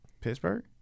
pittsburgh